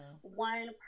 one